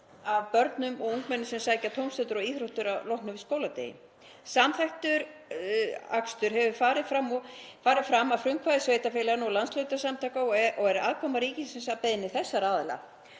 af börnum og ungmennum sem sækja tómstundir og íþróttir að loknum skóladegi. Samþættur akstur hefur farið fram að frumkvæði sveitarfélaganna og landshlutasamtaka og aðkoma ríkisins að beiðni þessara aðila.